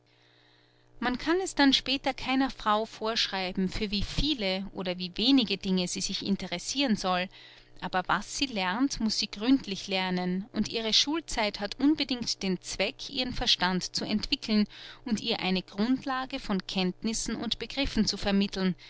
man kann es dann später keiner frau vorschreiben für wie viele oder wie wenige dinge sie sich interessiren soll aber was sie lernt muß sie gründlich lernen und ihre schulzeit hat unbedingt den zweck ihren verstand zu entwickeln und ihr eine grundlage von kenntnissen und begriffen zu vermitteln